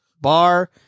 bar